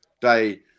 day